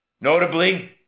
Notably